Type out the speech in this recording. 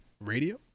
Radio